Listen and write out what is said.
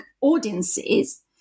audiences